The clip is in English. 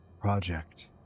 project